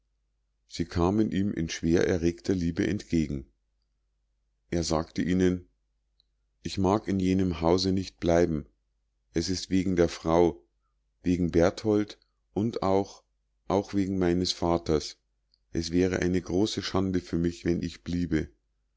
sie kamen ihm in schwer erregter liebe entgegen er sagte ihnen ich mag in jenem hause nicht bleiben es ist wegen der frau wegen berthold und auch auch wegen meines vaters es wäre eine große schande für mich wenn ich bliebe